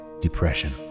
depression